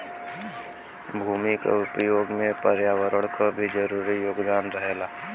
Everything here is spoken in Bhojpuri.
भूमि क उपयोग में पर्यावरण क भी जरूरी योगदान रहेला